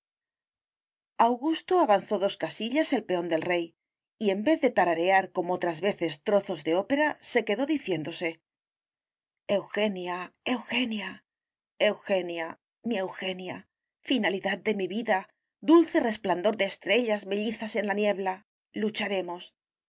augusto avanzó dos casillas el peón del rey y en vez de tararear como otras veces trozos de ópera se quedó diciéndose eugenia eugenia eugenia mi eugenia finalidad de mi vida dulce resplandor de estrellas mellizas en la niebla lucharemos